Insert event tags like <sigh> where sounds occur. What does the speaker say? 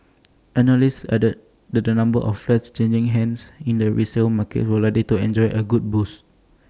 <noise> analysts added that the number of flats changing hands in the resale market will likely enjoy A good boost